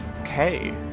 Okay